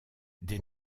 des